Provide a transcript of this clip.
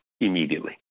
immediately